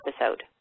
episode